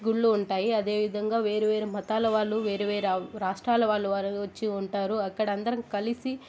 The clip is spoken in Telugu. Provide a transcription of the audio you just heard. గుళ్ళు ఉంటాయి అదే విధంగా వేరువేరు మతాల వాళ్ళు వేరువేరు రాష్ట్రాల వాళ్ళు వచ్చి ఉంటారు అక్కడ అందరం కలిసి